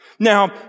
Now